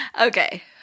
Okay